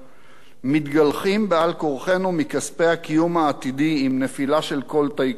מתגלחים על-כורחנו מכספי הקיום העתידי עם נפילה של כל טייקון תורן,